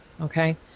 okay